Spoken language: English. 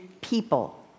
People